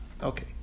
Okay